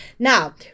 Now